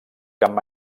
camp